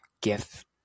gift